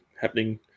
happening